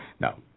Now